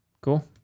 Cool